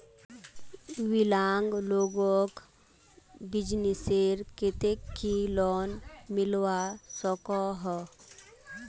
विकलांग लोगोक बिजनेसर केते की लोन मिलवा सकोहो?